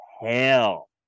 hell